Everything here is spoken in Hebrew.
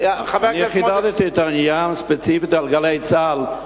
אני חידדתי את העניין ספציפית ב"גלי צה"ל",